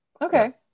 okay